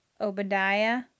Obadiah